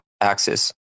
axis